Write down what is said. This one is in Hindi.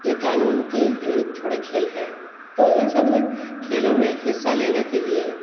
ये कानून के विरुद्ध थोड़े खेल हैं तो इन सब में खेलों में हिस्सा लेने के लिए